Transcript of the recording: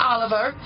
Oliver